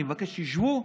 אני מבקש שתשבו,